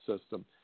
system